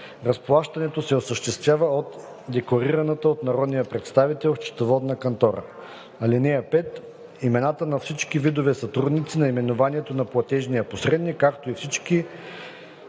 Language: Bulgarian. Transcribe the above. Разплащането се осъществява от декларираната от народния представител счетоводна кантора. (5) Имената на всички видове сътрудници, наименованието на платежния посредник, както и всички